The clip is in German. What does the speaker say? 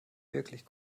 wirklich